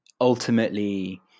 ultimately